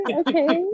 okay